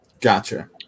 Gotcha